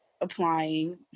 applying